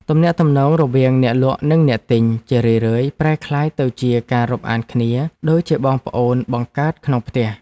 ទំនាក់ទំនងរវាងអ្នកលក់និងអ្នកទិញជារឿយៗប្រែក្លាយទៅជាការរាប់អានគ្នាដូចជាបងប្អូនបង្កើតក្នុងផ្ទះ។